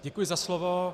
Děkuji za slovo.